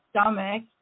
stomach